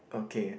okay